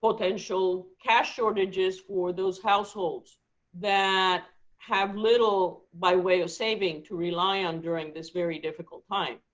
potential cash shortages for those households that have little by way of saving to rely on during this very difficult time.